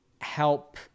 help